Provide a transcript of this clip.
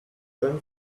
then